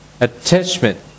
attachment